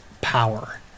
power